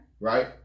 Right